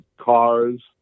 cars